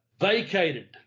vacated